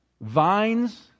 vines